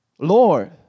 Lord